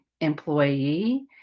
employee